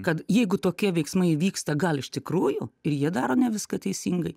kad jeigu tokie veiksmai vyksta gal iš tikrųjų ir jie daro ne viską teisingai